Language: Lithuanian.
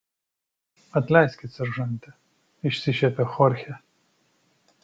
atleiskit seržante išsišiepė chorchė